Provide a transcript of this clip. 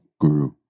guru